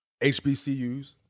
HBCU's